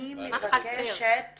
אני מבקשת